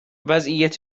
وضعیت